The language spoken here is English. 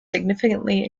significantly